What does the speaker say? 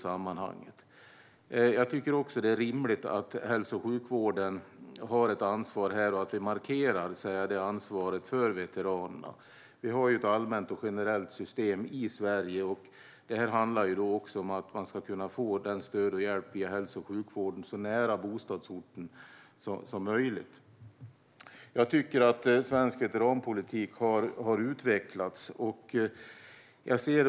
Det är också rimligt att hälso och sjukvården har ett ansvar och att vi markerar detta ansvar för veteranerna. Vi har ett allmänt system i Sverige, och det handlar om att man ska kunna få stöd och hjälp via hälso och sjukvården så nära bostadsorten som möjligt. Jag tycker att svensk veteranpolitik har utvecklats.